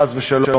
חס ושלום,